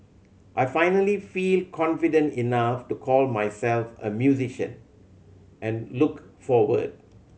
I finally feel confident enough to call myself a musician and look forward